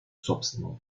собственного